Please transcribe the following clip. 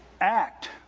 act